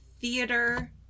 theater